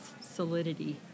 solidity